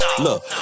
Look